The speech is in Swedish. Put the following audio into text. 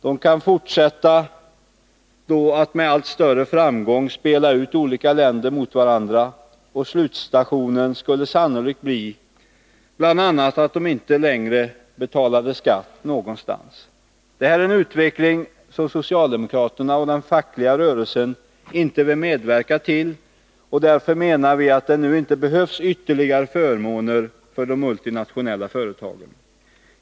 De kan då fortsätta att med allt större framgång spela ut olika länder mot varandra. Slutstationen skulle sannolikt bli att de bl.a. inte betalade skatt någonstans. Det är en utveckling som socialdemokraterna och de fackliga rörelserna inte vill medverka till. Därför menar vi att det nu inte behövs ytterligare förmåner för de multinationella företagen.